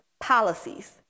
policies